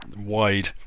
Wide